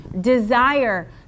desire